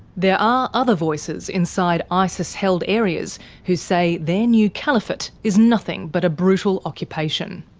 there are other voices inside isis-held areas who say their new caliphate is nothing but a brutal occupation.